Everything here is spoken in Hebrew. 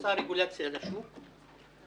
עושה רגולציה לשוק,